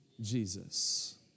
Jesus